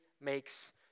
makes